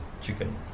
chicken